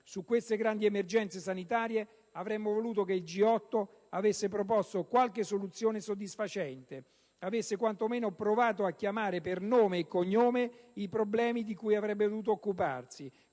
Su queste grandi emergenze sanitarie avremmo voluto che il G8 avesse proposto qualche soluzione soddisfacente, avesse quanto meno provato a chiamare per nome e cognome i problemi di cui avrebbe dovuto occuparsi,